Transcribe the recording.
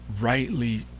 rightly